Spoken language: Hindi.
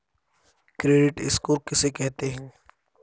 क्रेडिट स्कोर किसे कहते हैं?